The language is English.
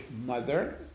mother